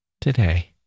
today